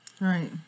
Right